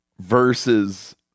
Versus